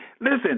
Listen